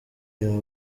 yawe